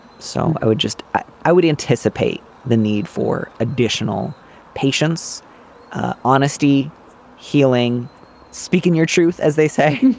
so i would just i i would anticipate the need for additional patients honesty healing speaking your truth as they say